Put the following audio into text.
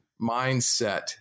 mindset